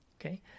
Okay